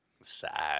sad